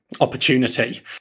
Opportunity